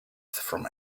from